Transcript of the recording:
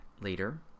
later